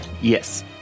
Yes